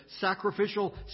sacrificial